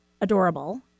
adorable